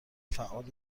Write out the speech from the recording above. فعال